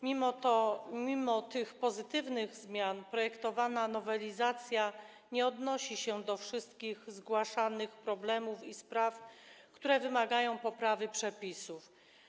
Mimo to, mimo tych pozytywnych zmian, projektowana nowelizacja nie odnosi się do wszystkich zgłaszanych problemów i spraw, które wymagają poprawy przepisów.